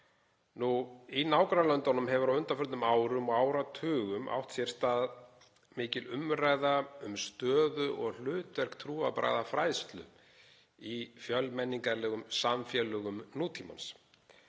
úr. Í nágrannalöndunum hefur á undanförnum árum og áratugum átt sér stað mikil umræða um stöðu og hlutverk trúarbragðafræðslu í fjölmenningarlegum samfélögum nútímans.